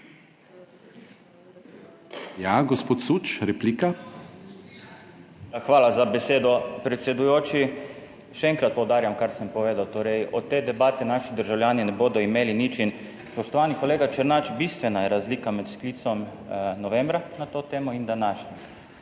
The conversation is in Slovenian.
Hvala za besedo, predsedujoči. Še enkrat poudarjam, kar sem povedal. Torej, od te debate naši državljani ne bodo imeli nič in spoštovani kolega Černač, bistvena je razlika med sklicem novembra na to temo in današnjim.